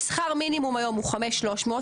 שכר מינימום היום הוא 5,300,